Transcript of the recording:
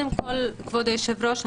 כבוד היושב ראש,